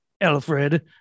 Alfred